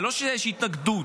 זה לא שיש התנגדות.